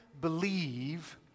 believe